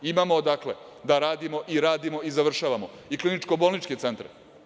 Imamo, dakle, da radimo i radimo i završavamo i kliničko-bolničke centre.